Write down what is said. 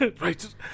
Right